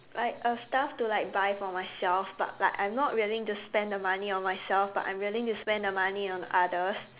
like a stuff to like buy for myself but like I'm not willing to spend the money on myself but I'm willing to spend the money on others